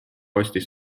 ostis